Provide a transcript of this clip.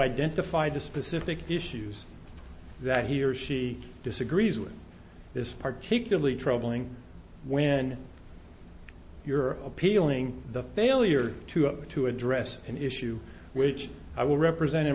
identify the specific issues that he or she disagrees with this particularly troubling when you're appealing the failure to have to address an issue which i will represent in